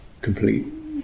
complete